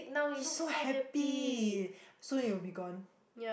he so happy soon it will be gone